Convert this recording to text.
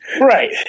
right